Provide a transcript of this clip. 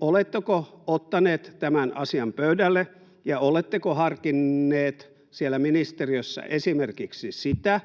oletteko ottaneet tämän asian pöydälle ja oletteko harkinneet siellä ministeriössä esimerkiksi sitä,